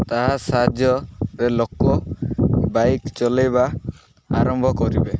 ତାହା ସାହାଯ୍ୟରେ ଲୋକ ବାଇକ୍ ଚଲାଇବା ଆରମ୍ଭ କରିବେ